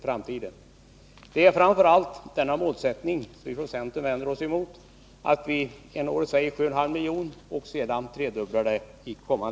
Vad centern framför allt vänder sig emot är att man först bestämmer sig för 7,5 milj.kr. för att nästa år tredubbla summan.